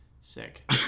sick